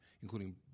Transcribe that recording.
including